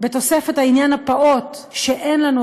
בתוספת העניין הפעוט שאין לנו,